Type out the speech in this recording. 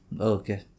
Okay